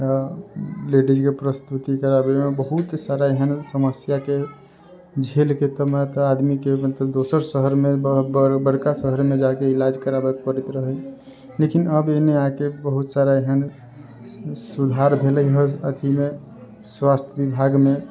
लेडीजके प्रसूति कराबैमे बहुत सारा एहन समस्याके झेलके तब आदमीके मतलब दोसर शहरमे बड़ बड़का शहरमे जाकऽ इलाज कराबै पड़ैत रहै लेकिन आब एने आके बहुत सारा एहन सुधार भेलै हऽ अथिमे स्वास्थ्य विभागमे